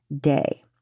day